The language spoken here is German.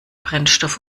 brennstoff